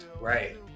Right